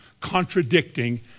contradicting